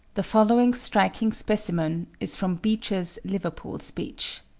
the following striking specimen is from beecher's liverpool speech